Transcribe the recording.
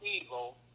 evil